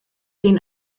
den